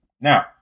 Now